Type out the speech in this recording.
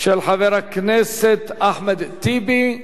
של חבר הכנסת אחמד טיבי.